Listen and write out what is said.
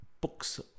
books